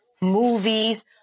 movies